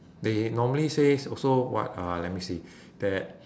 they normally says also what uh let me see that